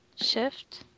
Shift